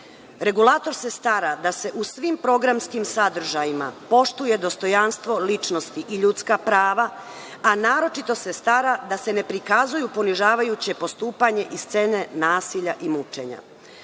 Regulator se stara da se u svim programskim sadržajima poštuje dostojanstvo ličnosti i ljudska prava, a naročito se stara da se ne prikazuju ponižavajuće postupanje i scene nasilja i mučenja. Ovo